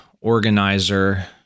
organizer